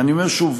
אני אומר שוב,